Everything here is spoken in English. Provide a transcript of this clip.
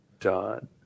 done